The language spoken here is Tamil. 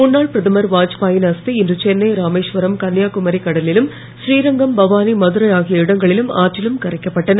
முன்னாள் பிரதமர் வாத்பாயின் அஸ்தி இன்று சென்னை ராமேசுவரம் கன்னியாகுமரியில் கடலிலும் ஸ்ரீரங்கம் பவானி மதுரை ஆகிய இடங்களில் ஆற்றிலும் கரைக்கப்பட்டன